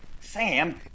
Sam